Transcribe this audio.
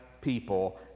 people